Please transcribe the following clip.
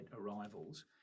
arrivals